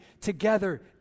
together